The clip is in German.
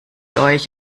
euch